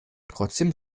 trotzdem